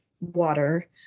water